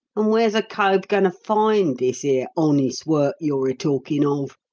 and where's a cove goin' to find this ere honest work you're a-talkin' of?